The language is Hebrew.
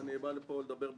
ואני בא לפה לדבר במתינות.